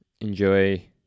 enjoy